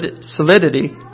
solidity